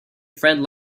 friend